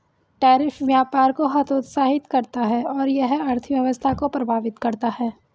tariff व्यापार को हतोत्साहित करता है और यह अर्थव्यवस्था को प्रभावित करता है